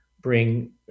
bring